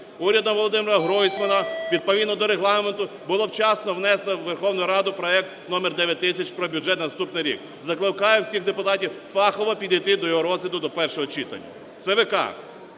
Урядом Володимира Гройсмана відповідно до Регламенту було вчасно внесено у Верховну Раду проект № 9000 про бюджет на наступний рік. Закликаю всіх депутатів фахово підійти до його розгляду до першого читання.